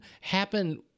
happen